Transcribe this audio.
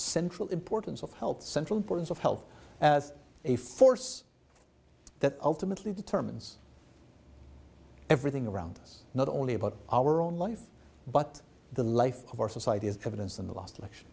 central importance of health central importance of health as a force that ultimately determines everything around us not only about our own life but the life of our society is evidence in the last election